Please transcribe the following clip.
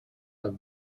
have